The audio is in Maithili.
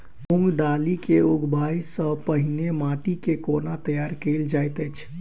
मूंग दालि केँ उगबाई सँ पहिने माटि केँ कोना तैयार कैल जाइत अछि?